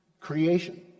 Creation